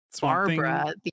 barbara